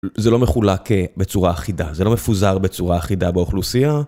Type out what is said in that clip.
זה לא מחולק בצורה אחידה, זה לא מפוזר בצורה אחידה באוכלוסיה.